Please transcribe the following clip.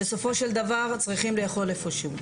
בסופו של דבר הם צריכים לאכול איפה שהוא.